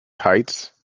heights